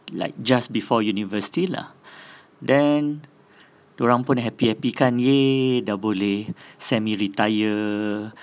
like just before university lah then dorang pun happy happy kan !yay! dah boleh semi retire